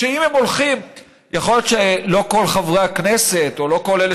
יכול להיות שלא כל חברי הכנסת או לא כל אלה